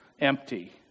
empty